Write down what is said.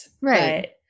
Right